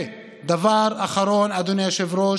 ודבר אחרון, אדוני היושב-ראש,